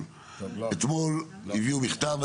אתמול הביאו מכתב,